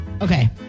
Okay